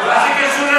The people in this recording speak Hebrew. איך זה קשור לשר?